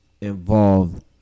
involved